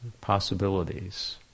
possibilities